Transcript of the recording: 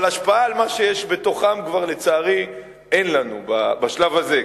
אבל השפעה על מה שיש בתוכם כבר אין לנו לצערי בשלב הזה,